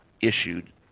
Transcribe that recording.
issued